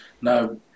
No